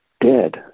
dead